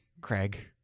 craig